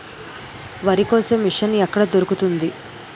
వరి కోసే మిషన్ ఎక్కడ దొరుకుతుంది?